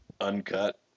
uncut